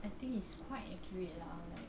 I think it's quite accurate lah like